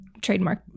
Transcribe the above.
trademark